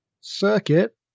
Circuit